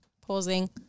pausing